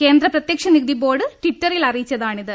കേന്ദ്ര പ്രത്യക്ഷ നികുതി ബോർഡ് ട്വിറ്ററിൽ അറിയിച്ചതാണിത്